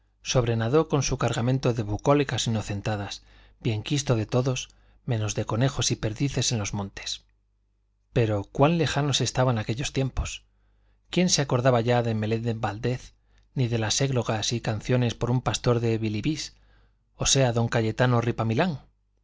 sobrenadó con su cargamento de bucólicas inocentadas bienquisto de todos menos de conejos y perdices en los montes pero cuán lejanos estaban aquellos tiempos quién se acordaba ya de meléndez valdés ni de las églogas y canciones por un pastor de bílbilis o sea don cayetano